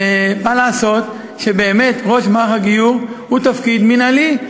ומה לעשות שבאמת תפקיד ראש מערך הגיור הוא תפקיד מינהלי.